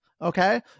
okay